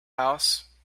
house